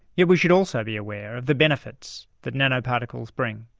yet we should also be aware of the benefits that nanoparticles bring.